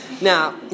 Now